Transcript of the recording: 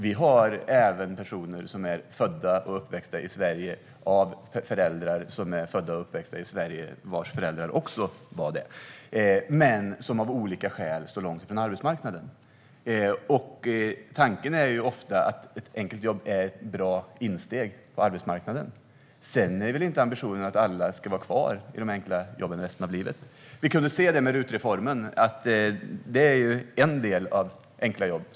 Det finns även personer som är födda och uppväxta i Sverige, med föräldrar som också var det, som av olika skäl står långt från arbetsmarknaden. Tanken är ofta att ett enkelt jobb är ett bra insteg på arbetsmarknaden. Sedan är inte ambitionen att alla ska vara kvar i de enkla jobben resten av livet. Vi kunde se det med RUT-reformen, som är en del av detta med enkla jobb.